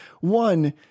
one